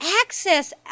access